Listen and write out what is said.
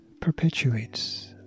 perpetuates